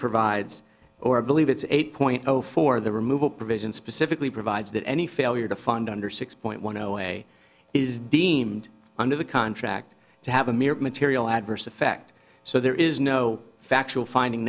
provides or believe it's eight point zero for the removal provision specifically provides that any failure to fund under six point one zero a is deemed under the contract to have a mere material adverse effect so there is no factual finding